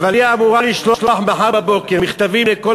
אבל היא אמורה לשלוח מחר בבוקר מכתבים לכל